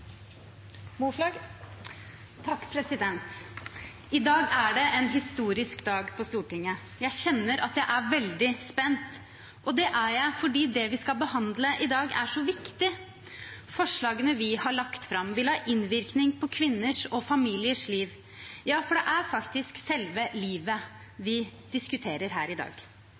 i dag, er så viktig. Forslagene vi har lagt fram, vil ha innvirkning på kvinners og familiers liv. Ja, for det er faktisk selve livet vi diskuterer her i dag. Arbeiderpartiet har en lang tradisjon for å sette kvinners helse, svangerskapsomsorg og teknologisk utvikling på dagsordenen. De lovendringene vi fremmer her i dag,